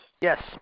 Yes